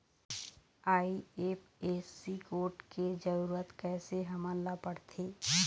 IFSC code के जरूरत कैसे हमन ला पड़थे?